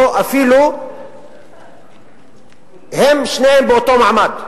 או אפילו שניהם באותו מעמד.